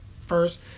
first